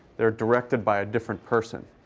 they're directed by a different person.